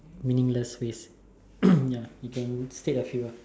meaningless ways ya you can state a few ah